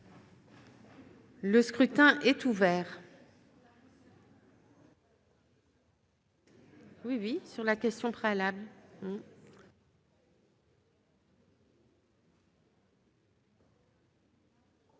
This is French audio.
Le scrutin est ouvert.